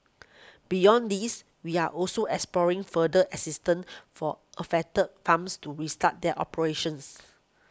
beyond these we are also exploring further assistant for affected farms to restart their operations